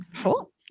Cool